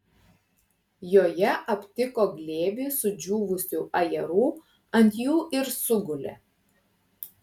joje aptiko glėbį sudžiūvusių ajerų ant jų ir sugulė